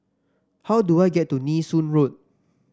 how do I get to Nee Soon Road